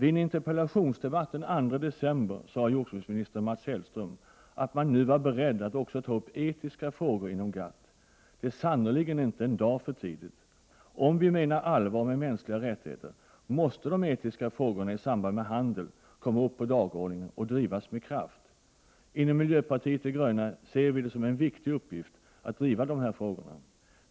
I en interpellationsdebatt den 2 december sade jordbruksminister Mats Hellström att man nu var beredd att också ta upp etiska frågor inom GATT. Det är sannerligen inte en dag för tidigt. Om vi menar allvar med mänskliga rättigheter måste de etiska frågorna i samband med handel komma upp på dagordningen och drivas med kraft. Inom miljöpartiet de gröna ser vi det som en viktig uppgift att driva de här frågorna.